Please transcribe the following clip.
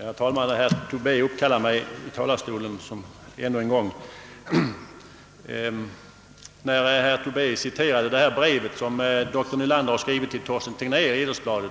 Herr talman! Herr Tobé uppkallar mig i talarstolen än en gång. När herr Tobé citerade det brev som doktor Nylander skrev till Torsten Tegnér i Idrottsbladet,